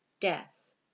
death